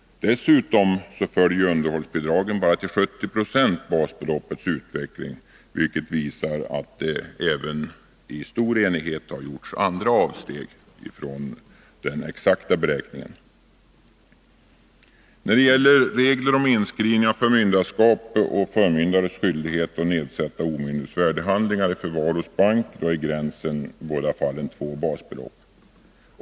Dessutom följer underhållsbidragen bara till 70 90 basbeloppets utveckling, vilket även visar att det i stor enighet har gjorts andra avsteg från den exakta beräkningen. När det gäller regler om inskrivning av förmynderskap och förmyndares skyldighet att nedsätta omyndigs värdehandlingar i förvar hos bank är gränsen i båda fallen två basbelopp.